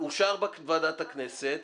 זה אושר בוועדת הכנסת.